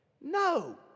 No